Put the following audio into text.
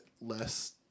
less